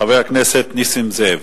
חבר הכנסת נסים זאב.